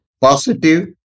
positive